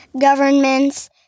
governments